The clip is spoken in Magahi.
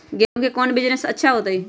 गेंहू के कौन बिजनेस अच्छा होतई?